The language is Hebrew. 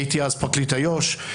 הייתי אז פרקליט איו"ש,